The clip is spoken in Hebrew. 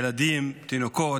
ילדים, תינוקות,